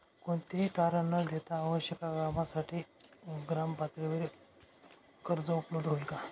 कोणतेही तारण न देता आवश्यक कामासाठी ग्रामपातळीवर कर्ज उपलब्ध होईल का?